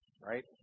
Right